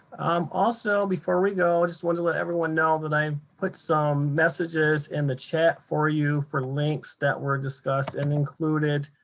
also, before we go, i just want to let everyone know that i put some messages in the chat for you for links that were discussed and included